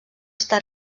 està